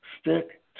stick